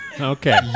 Okay